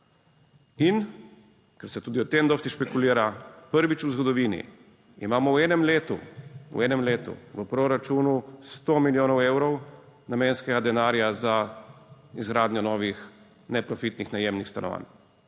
In ker se tudi o tem dosti špekulira, prvič v zgodovini imamo v enem letu, - v enem letu - v proračunu sto milijonov evrov namenskega denarja za izgradnjo novih neprofitnih najemnih stanovanj.